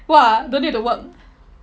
!wah! don't need to work